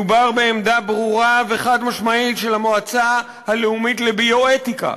מדובר בעמדה ברורה וחד-משמעית של המועצה הלאומית לביו-אתיקה.